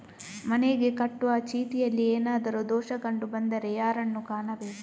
ಮನೆಗೆ ಕಟ್ಟುವ ಚೀಟಿಯಲ್ಲಿ ಏನಾದ್ರು ದೋಷ ಕಂಡು ಬಂದರೆ ಯಾರನ್ನು ಕಾಣಬೇಕು?